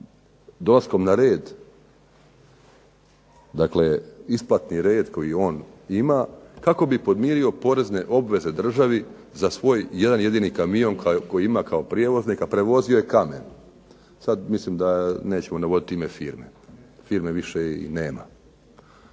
dolaskom na red, dakle isplatni red koji on ima kako bi podmirio porezne obveze državi za svoj jedan jedini kamion koji ima kao prijevoznik, a prevozio je kamen. Sad mislim da nećemo navoditi ime firme. Firme više i nema.